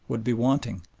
would be wanting,